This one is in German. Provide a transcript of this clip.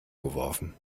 geworfen